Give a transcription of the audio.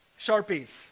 Sharpies